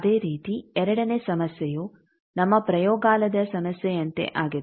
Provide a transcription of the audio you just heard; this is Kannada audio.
ಅದೇ ರೀತಿ ಎರಡನೇ ಸಮಸ್ಯೆಯು ನಮ್ಮ ಪ್ರಯೋಗಾಲಯದ ಸಮಸ್ಯೆಯಂತೆ ಆಗಿದೆ